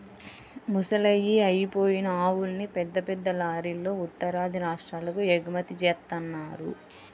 ముసలయ్యి అయిపోయిన ఆవుల్ని పెద్ద పెద్ద లారీలల్లో ఉత్తరాది రాష్ట్రాలకు ఎగుమతి జేత్తన్నారు